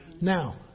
Now